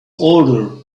older